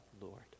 Lord